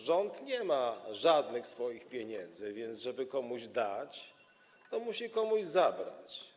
Rząd nie ma żadnych swoich pieniędzy, więc żeby komuś dać, to musi komuś zabrać.